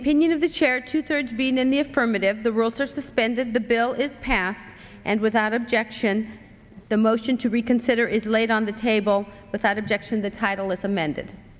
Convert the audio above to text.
opinion of the chair two thirds being in the affirmative the rules are suspended the bill is passed and without objection the motion to reconsider is laid on the table without objection the title is amended